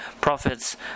prophets